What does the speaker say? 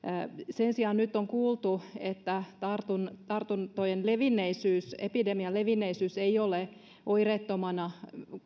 sen sijaan nyt on kuultu että tartuntojen levinneisyys epidemian levinneisyys ei ole oireettomana